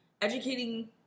educating